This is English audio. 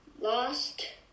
lost